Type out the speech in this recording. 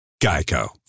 Geico